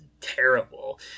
terrible